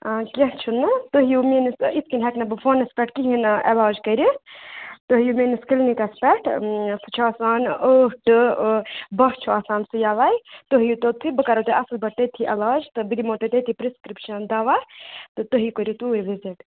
کیٚنٛہہ چھُنہٕ تُہۍ ہیو میٲنِس اِتھ کٔنۍ ہٮ۪کہٕ نہٕ بہٕ فونَس پٮ۪ٹھ کِہیٖنۍ علاج کٔرِتھ تُہۍ ہیِو میٲنِس کِلنِکَس پٮ۪ٹھ سُہ چھُ آسان ٲٹھ ٹہ بہہ چھُ آسان سُہ یَلے تُہۍ یِیو تُتھٕے بہٕ کَرو تۄہہِ اَصٕل پٲٹھۍ تٔتھی علاج تہٕ بہٕ دِمو تۄہہِ تٔتھی پرٛسکِرٛپشَن دَوا تہٕ تُہۍ کٔرِو توٗرۍ وِزِٹ